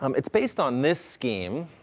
um it's based on this scheme,